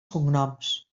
cognoms